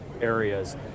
areas